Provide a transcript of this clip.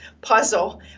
puzzle